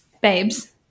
babes